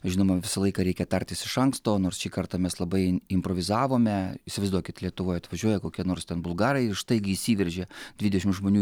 žinoma visą laiką reikia tartis iš anksto nors šį kartą mes labai improvizavome įsivaizduokit lietuvoj atvažiuoja kokie nors ten bulgarai ir štaigiai įsiveržia dvidešim žmonių